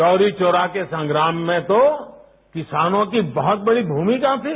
चौरी चौरा के संग्राम में तो किसानों की बहत बड़ी भूमिका थी